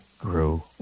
grew